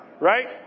Right